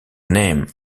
name